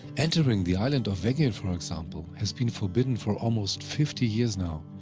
entering the island of vaggon for example, has been forbidden for almost fifty years now,